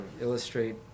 illustrate